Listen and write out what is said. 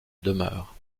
demeure